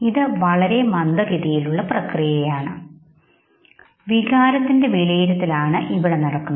ഇത് വളരെ മന്ദഗതിയിലുള്ള പ്രക്രിയയാണ് വികാരത്തിന്റെ വിലയിരുത്തലാലാണ് ഇവിടെ നടക്കുന്നത്